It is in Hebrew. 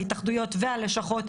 ההתאחדויות והלשכות,